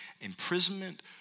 imprisonment